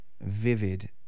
vivid